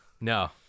No